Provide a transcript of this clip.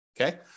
Okay